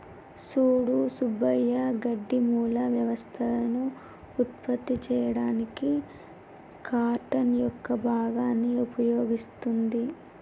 సూడు సుబ్బయ్య గడ్డి మూల వ్యవస్థలను ఉత్పత్తి చేయడానికి కార్టన్ యొక్క భాగాన్ని ఉపయోగిస్తుంది